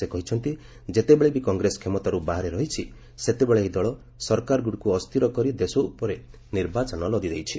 ସେ କହିଛନ୍ତି ଯେତେବେଳେ ବି କଂଗ୍ରେସ କ୍ଷମତାରୁ ବାହାରେ ରହିଛି ସେତେବେଳେ ଏହି ଦଳ ସରକାରଗୁଡ଼ିକୁ ଅସ୍ଥିର କରି ଦେଶ ଉପରେ ନିର୍ବାଚନ ଲଦି ଦେଇଛି